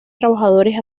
trabajadores